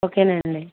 okay అండి